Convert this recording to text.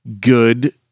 good